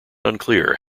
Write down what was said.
unclear